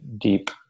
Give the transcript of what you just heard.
deep